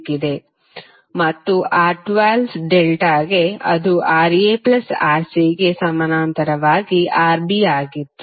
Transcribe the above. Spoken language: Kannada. ಮತ್ತು R12 ಡೆಲ್ಟಾಕ್ಕೆ ಅದು Ra ಪ್ಲಸ್ Rcಗೆ ಸಮಾನಾಂತರವಾಗಿ Rb ಆಗಿತ್ತು